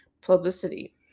publicity